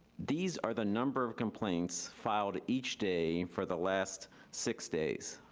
these are the number of complaints filed each day for the last six days.